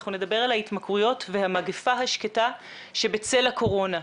אנחנו נדבר על ההתמכרויות והמגפה השקטה שבצל הקורונה.